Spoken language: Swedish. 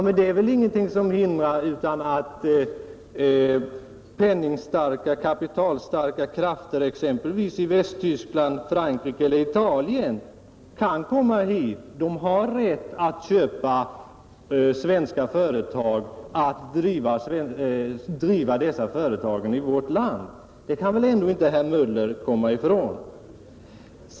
Men det är väl ingenting som hindrar att kapitalstarka krafter, exempelvis i Västtyskland, Frankrike eller Italien, kommer hit; de har rätt att köpa svenska företag och att driva dem i vårt land. Det kan väl ändå inte herr Möller komma ifrån.